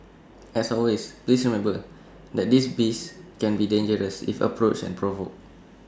as always please remember that these beasts can be dangerous if approached and provoked